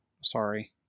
Sorry